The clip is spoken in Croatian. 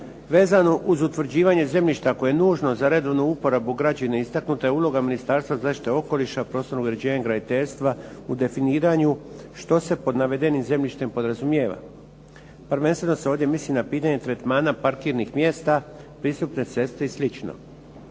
Vezano uz utvrđivanje zemljišta koje je nužno za redovnu uporabu građevine istaknuta je uloga Ministarstva zaštite okoliša, prostornog uređenja i graditeljstva u definiranju što se pod navedenim zemljištem podrazumijeva. Prvenstveno se ovdje misli na pitanje tretmana parkirnih mjesta, pristupne ceste i